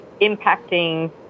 impacting